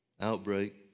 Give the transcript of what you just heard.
outbreak